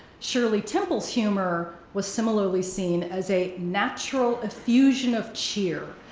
shirley temple's humor was similarly seen as a natural effusion of cheer,